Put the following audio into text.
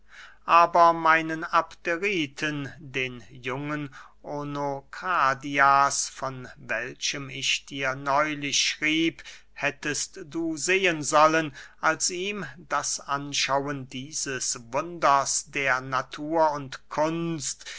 aber meinen abderiten den jungen onokradias von welchem ich dir neulich schrieb dieser brief findet sich nicht in der gegenwärtigen sammlung hättest du sehen sollen als ihm das anschauen dieses wunders der natur und kunst